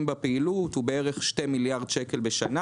בפעילות הוא בערך 2 מיליארד שקל בשנה.